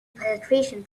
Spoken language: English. penetration